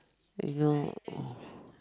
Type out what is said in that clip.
you know